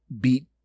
beat